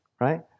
right